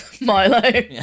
Milo